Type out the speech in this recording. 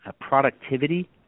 productivity